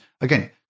again